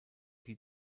die